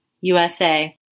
USA